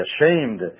ashamed